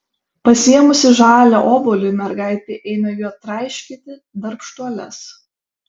pasiėmusi žalią obuolį mergaitė ėmė juo traiškyti darbštuoles